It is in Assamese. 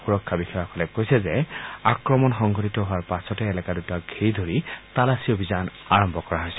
সুৰক্ষা বিষয়াসকলে কৈছে যে আক্ৰমণ সংঘটিত হোৱাৰ পাছতে এলেকা দুটা ঘেৰি ধৰি তালাচী অভিযান আৰম্ভ কৰা হৈছে